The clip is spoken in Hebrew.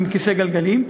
עם כיסא גלגלים,